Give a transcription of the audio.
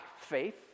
faith